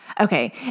Okay